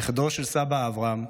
נכדו של סבא אברהם,